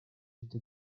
into